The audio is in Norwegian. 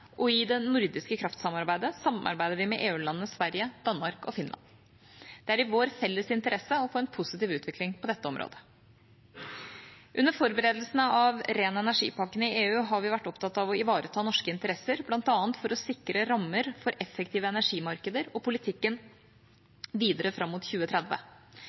og i det nordiske kraftsamarbeidet samarbeider vi med EU-landene Sverige, Danmark og Finland. Det er i vår felles interesse å få en positiv utvikling på dette området. Under forberedelsene av ren energi-pakken i EU har vi vært opptatt av å ivareta norske interesser, bl.a. for å sikre rammer for effektive energimarkeder og politikken videre fram mot 2030.